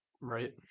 Right